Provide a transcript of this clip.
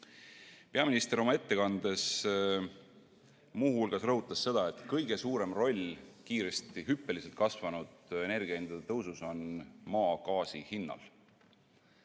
Peaminister rõhutas oma ettekandes muu hulgas seda, et kõige suurem roll kiiresti ja hüppeliselt kasvanud energiahindade tõusus on maagaasi hinnal.